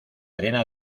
arena